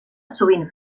sovint